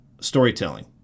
storytelling